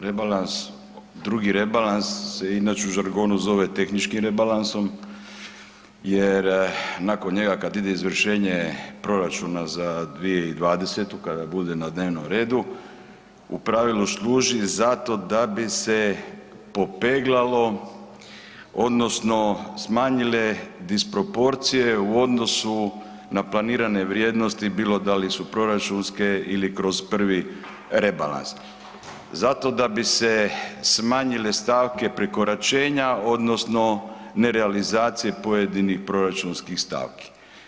Rebalans, drugi rebalans se inače u žargonu zove tehničkim rebalansom jer nakon njega kad ide izvršenje proračuna za 2020, kada bude na dnevnom redu, u pravilu služi za to da bi se popeglalo odnosno smanjile disproporcije u odnosu na planirane vrijednosti bilo da li su proračunske ili kroz prvi rebalans zato da bi se smanjile stavke prekoračenja odnosno nerealizacije pojedinih proračunskih stavki.